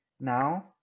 Now